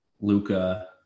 Luca